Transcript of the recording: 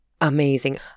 amazing